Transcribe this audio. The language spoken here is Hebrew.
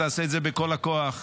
ותעשה את זה בכל הכוח,